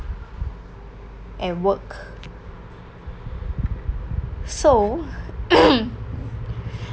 and work so